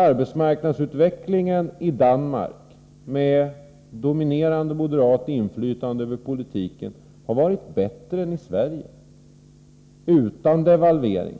Arbetsmarknadsutvecklingen i Danmark med dominerande moderat inflytande över politiken har varit bättre än i Sverige — utan devalvering